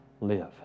live